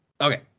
Okay